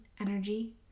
energy